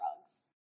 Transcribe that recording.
drugs